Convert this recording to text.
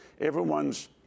Everyone's